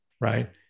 right